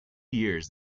years